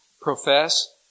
profess